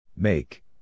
Make